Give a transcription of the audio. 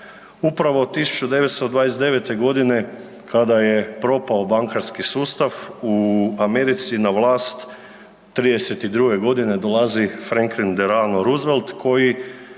Upravo 1929. godine kada je propao bankarski sustav u Americi na vlast '32. godine dolazi Franklin Delano Roosevelt koji